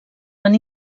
van